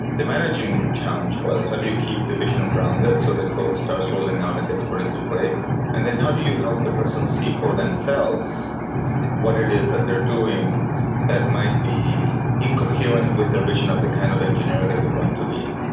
the managing challenge was how do you keep the vision grounded so that cod starts rolling out and gets put into place, and then how do help the person see for themselves what it is that they're doing that might be incoherent with their vision of the kind of engineer they would want to be.